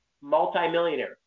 multimillionaire